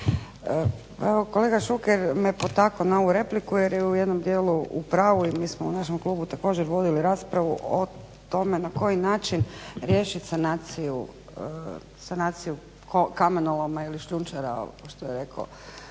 kolega Šuker me potaknuo na ovu repliku jer je u jednom dijelu u pravu i mi smo u našem klubu također vodili raspravu o tome na koji način riješiti sanaciju, sanaciju kamenoloma ili šljunčara, ovo što je rekao